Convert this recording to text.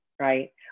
right